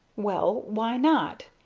well, why not?